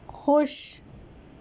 خوش